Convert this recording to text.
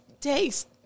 taste